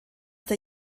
der